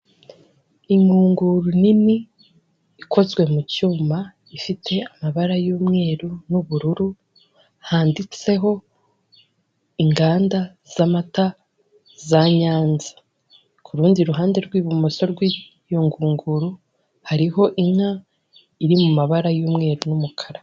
Ingunguru nini ikozwe mu cyuma gifite amabara y'umweru n'ubururu handitseho inganda z'amata za Nyanza, ku rundi ruhande rw'ibumoso rw'iyo ngunguru hariho inka iri mu mabara y'umweru n'umukara.